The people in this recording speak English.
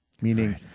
meaning